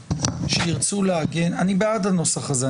הבאה שירצו להגן אני בעד הנוסח הזה,